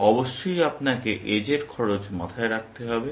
অবশ্যই আপনাকে এজের খরচ মাথায় রাখতে হবে